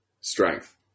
Strength